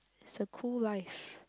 it's a cool life